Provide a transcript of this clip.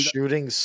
Shooting